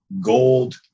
gold